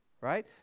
right